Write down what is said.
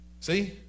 See